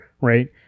right